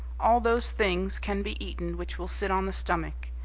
all those things can be eaten which will sit on the stomach.